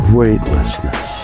weightlessness